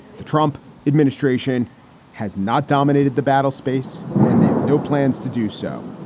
the trump administration has not dominated the battlespace and they have no plans to do so.